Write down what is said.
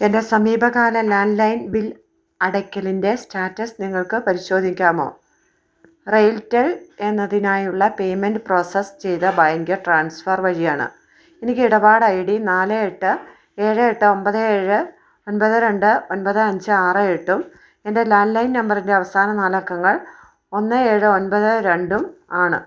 എൻ്റെ സമീപകാല landline bill അടയ്ക്കലിൻ്റെ സ്റ്റാറ്റസ് നിങ്ങൾക്ക് പരിശോധിക്കാമോ റെയിൽടെൽ എന്നതിനായുള്ള പേയ്മെൻ്റ് പ്രോസസ്സ് ചെയ്ത ബാങ്ക് ട്രാൻസ്ഫർ വഴിയാണ് എനിക്ക് ഇടപാട് ഐ ഡി നാല് എട്ട് ഏഴ് എട്ട് ഒൻപത് ഏഴ് ഒൻപത് രണ്ട് ഒൻപത് അഞ്ച് ആറ് എട്ടും എൻ്റെ ലാൻഡ് ലൈൻ നമ്പറിൻ്റെ അവസാന നാല് അക്കങ്ങൾ ഒന്ന് ഏഴ് ഒൻപത് രണ്ടും ആണ്